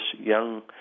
young